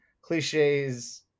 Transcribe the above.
cliches